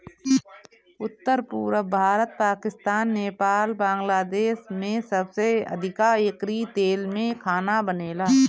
उत्तर, पुरब भारत, पाकिस्तान, नेपाल, बांग्लादेश में सबसे अधिका एकरी तेल में खाना बनेला